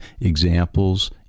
examples